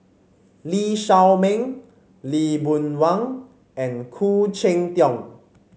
Lee Shao Meng Lee Boon Wang and Khoo Cheng Tiong